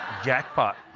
jackpot.